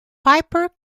piper